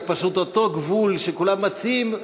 רק פשוט אותו גבול שכולם מציעים,